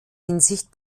hinsicht